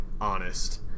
honest